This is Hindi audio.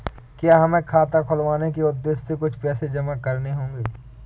क्या हमें खाता खुलवाने के उद्देश्य से कुछ पैसे जमा करने होंगे?